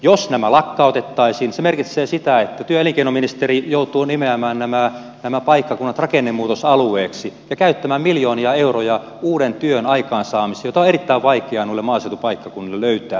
jos nämä lakkautettaisiin se merkitsee sitä että työ ja elinkeinoministeri joutuu nimeämään nämä paikkakunnat rakennemuutosalueiksi ja käyttämään miljoonia euroja uuden työn aikaansaamiseen joka on erittäin vaikeaa noille maaseutupaikkakunnille löytää